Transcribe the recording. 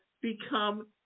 become